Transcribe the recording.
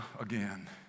again